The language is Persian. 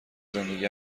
زندگی